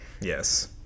yes